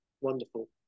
Wonderful